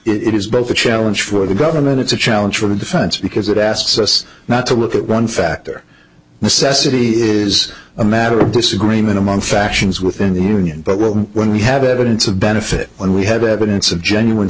it it is both a challenge for the government it's a challenge for the defense because it asks us not to look at one factor necessity is is a matter of disagreement among factions within the union but well when we have evidence of benefit when we have evidence of genuine